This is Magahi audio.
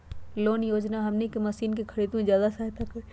कौन योजना हमनी के मशीन के खरीद में ज्यादा सहायता करी?